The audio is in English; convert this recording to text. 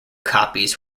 copies